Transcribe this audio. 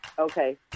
Okay